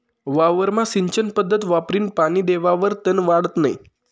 वावरमा सिंचन पध्दत वापरीन पानी देवावर तन वाढत नै